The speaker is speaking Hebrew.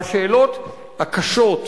והשאלות הקשות,